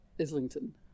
Islington